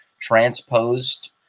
transposed